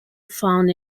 found